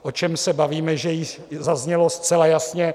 O čem se bavíme, to již zaznělo zcela jasně.